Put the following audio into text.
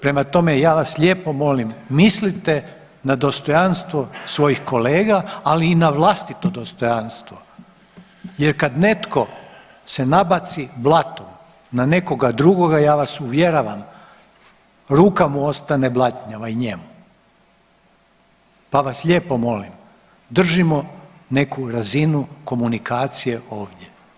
Prema tome, ja vas lijepo molim mislite na dostojanstvo svojih kolega, ali i na vlastito dostojanstvo jer kad netko se nabaci blatom na nekoga drugog ja vas uvjeravam ruka mu ostane blatnjava i njemu, pa vas lijepo molim držimo neku razinu komunikacije ovdje.